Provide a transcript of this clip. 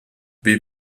wie